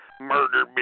Murder